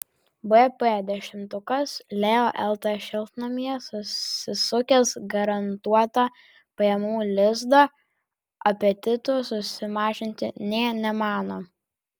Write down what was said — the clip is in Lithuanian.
vp dešimtukas leo lt šiltnamyje susisukęs garantuotą pajamų lizdą apetitų susimažinti nė nemano